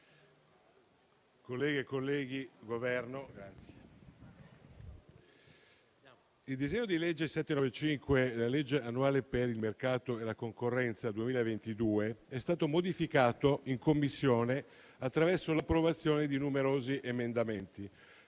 il disegno di legge n. 795, legge annuale per il mercato e la concorrenza 2022, è stato modificato in Commissione attraverso l'approvazione di numerosi emendamenti